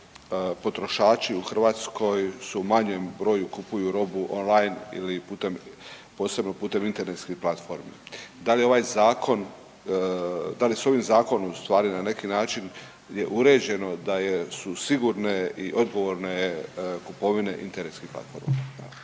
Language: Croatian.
potrošači u Hrvatskoj u manjem broju kupuju robu on line ili putem posebno putem internetskih platrofrmi. Da li s ovim zakonom ustvari na neki način je uređeno da su sigurne i odgovorne kupovine internetskim platformama?